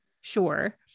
sure